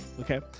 okay